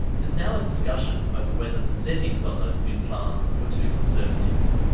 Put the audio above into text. there's now a discussion over whether the settings on those wind farms were too conservative.